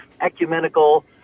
ecumenical